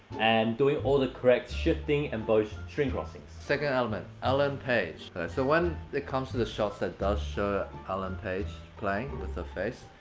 and doing all the correct shifting and bow string-crossings. second element, ellen page. so when it comes to the shots that does show ellen page playing, with her face,